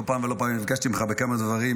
לא פעם ולא פעמיים נפגשתי עימך בכמה דברים,